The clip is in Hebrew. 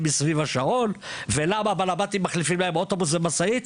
סביב השעון ולמה בעלי הבתים מחליפים להם אוטובוס ומשאית.